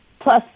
plus